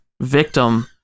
victim